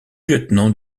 lieutenant